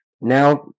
now